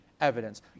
evidence